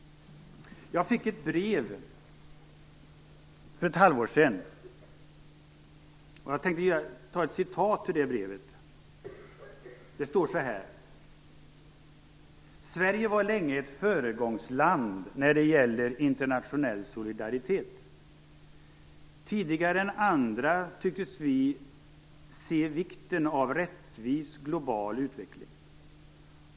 Jag fick ett brev för ett halvår sedan, och jag tänkte ta ett citat ur det brevet. Det står så här: "Sverige var länge ett föregångsland när det gäller internationell solidaritet. Tidigare än andra tycktes vi se vikten av rättvis global utveckling.